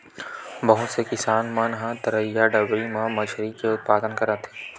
बहुत से किसान मन ह तरईया, डबरी म मछरी के उत्पादन करत हे